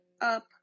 up